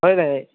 হয় ন